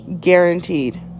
Guaranteed